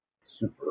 super